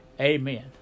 Amen